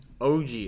og